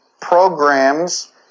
programs